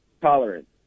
tolerance